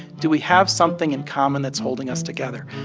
do we have something in common that's holding us together?